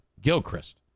Gilchrist